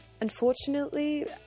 Unfortunately